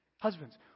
husbands